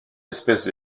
espèces